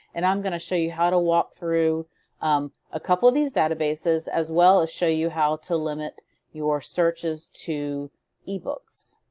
and i'm going to show you how to walk through a couple of these databases as well as show you how to limit your searches to ebooks.